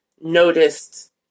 noticed